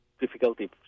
Difficulty